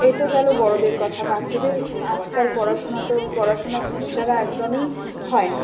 এ তো গেলো বড়োদের কথা বাচ্চাদের আজকাল পড়াশোনা তো পড়াশোনা ফোন ছাড়া তো একদমই হয় না